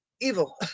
evil